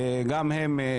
גם הם,